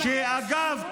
אגב,